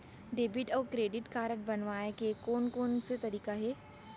Debit अऊ credit card बनवाए के कोन कोन से तरीका हे?